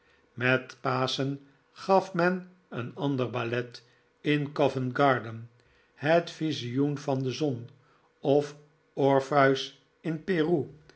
met paschen gaf men een ander ballot in co vent garden het visioen van de zon of orpheus in peru